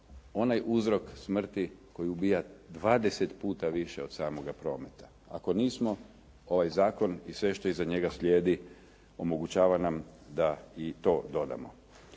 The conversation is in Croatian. onaj uzrok smrti koji ubija 20 puta više od samoga prometa. Ako nismo, ovaj zakon i sve što iza njega slijedi omogućava nam da i to dodamo.